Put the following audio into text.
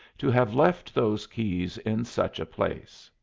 to have left those keys in such a place!